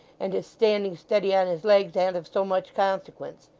and his standing steady on his legs an't of so much consequence.